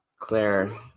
Claire